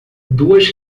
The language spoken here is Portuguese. duas